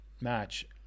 Match